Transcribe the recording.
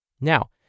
Now